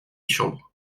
chambre